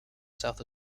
south